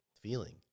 feeling